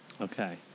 Okay